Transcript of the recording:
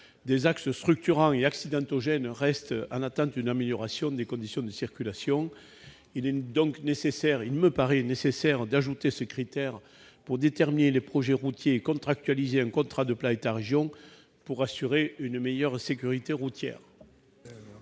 Des axes structurants et accidentogènes restent en attente d'une amélioration des conditions de circulation. Il est nécessaire d'ajouter ce critère pour déterminer les projets routiers inclus dans les contrats de plan État-région, afin d'assurer une meilleure sécurité routière.